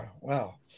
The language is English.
Wow